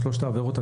על שלושת העבירות.